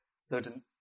certain